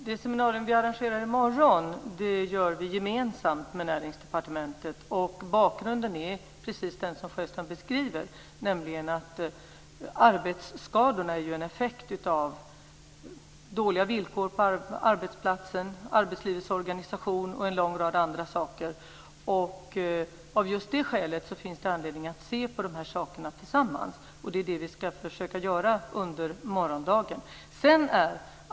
Herr talman! Seminariet i morgon arrangeras gemensamt med Näringsdepartementet. Bakgrunden är den som Sjöstrand beskriver, nämligen att arbetsskadorna är en effekt av dåliga villkor på arbetsplatsen, arbetslivets organisation och en lång rad andra saker. Av det skälet finns det anledning att se på sakerna tillsammans. Det är det vi ska försöka göra under morgondagen.